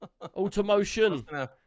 Automotion